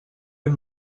ben